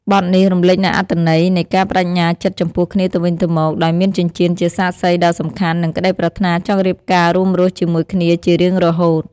បទនេះរំលេចនូវអត្ថន័យនៃការប្តេជ្ញាចិត្តចំពោះគ្នាទៅវិញទៅមក ដោយមានចិញ្ចៀនជាសាក្សីដ៏សំខាន់ និងក្តីប្រាថ្នាចង់រៀបការរួមរស់ជាមួយគ្នាជារៀងរហូត។